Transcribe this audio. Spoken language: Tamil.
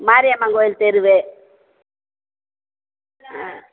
மாரியம்மன் கோயில் தெரு ஆ